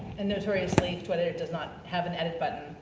and notoriously, twitter does not have an edit but